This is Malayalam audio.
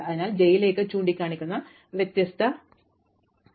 അതിനാൽ j ലേക്ക് ചൂണ്ടിക്കാണിക്കുന്നത് വ്യത്യസ്ത പട്ടികയിൽ വരും